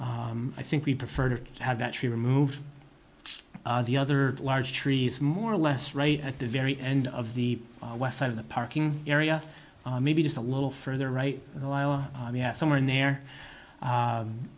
i think we prefer to have that tree removed the other large trees more or less right at the very end of the west side of the parking area maybe just a little further right somewhere in there